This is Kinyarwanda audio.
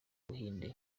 buhinde